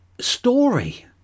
story